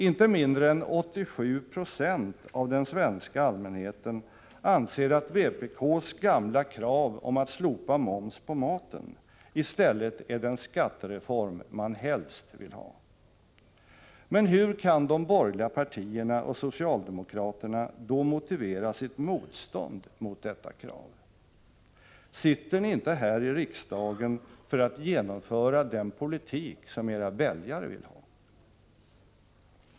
Inte mindre än 8796 av den svenska allmänheten anser att vpk:s gamla krav om att slopa moms på maten i stället är den skattereform man helst vill ha. Men hur kan de borgerliga partierna och socialdemokraterna motivera sitt motstånd mot detta krav? Sitter ni inte här i riksdagen för att genomföra den politik som era väljare vill ha?